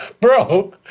bro